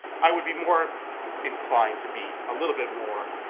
i would be more inclined to be a little bit more,